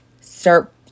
start